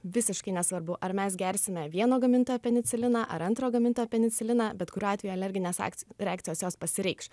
visiškai nesvarbu ar mes gersime vieno gamintojo peniciliną ar antro gamintojo peniciliną bet kuriuo atveju alerginės akc reakcijos jos pasireikš